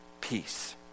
Peace